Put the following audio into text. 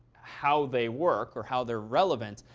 how they work or how they're relevant.